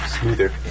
smoother